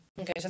Okay